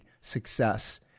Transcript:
success